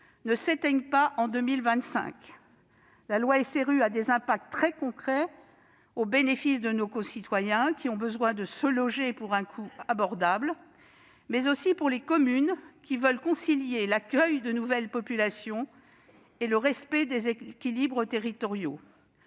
ne s'éteignent pas en 2025. La loi SRU a des effets très concrets au bénéfice de nos concitoyens, qui ont besoin de se loger pour un coût abordable, mais aussi pour les communes qui veulent concilier l'accueil de nouvelles populations et le respect des équilibres territoriaux.